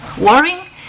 worrying